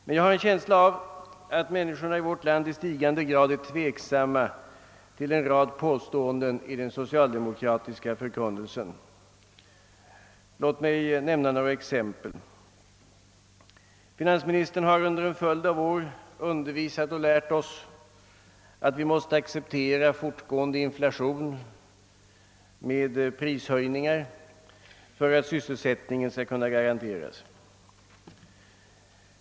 Jag har dock en känsla av att människorna i vårt land blir alltmer tveksamma till en rad påståenden i den socialdemokratiska förkunnelsen. Låt mig nämna några exempel. Finansministern har under en följd av år lärt oss, att vi måste acceptera fortgående inflation med prishöjningar för att sysselsättningen skall kunna garanteras.